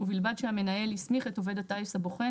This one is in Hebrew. ובלבד שהמנהל הסמיך את עובד הטיס הבוחן